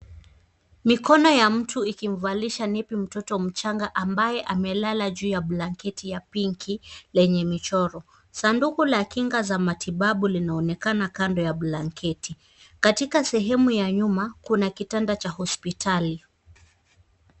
Mikono ya mtu ikimvalisha nepi mtoto mchanga ambaye amelala juu ya blanketi ya pinki lenye michoro. Sanduku la kinga za matibabu linaonekana kando ya blanketi. Katika sehemu ya nyuma kuna kitanda cha hospitali.